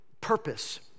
Purpose